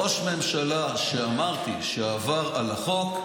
ראש ממשלה, אמרתי, שעבר על החוק,